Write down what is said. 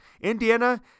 Indiana